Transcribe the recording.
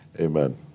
Amen